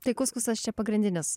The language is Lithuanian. tai kuskusas čia pagrindinis